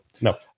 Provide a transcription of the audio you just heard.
no